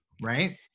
Right